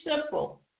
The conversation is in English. simple